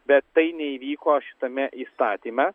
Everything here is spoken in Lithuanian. bet tai neįvyko šitame įstatyme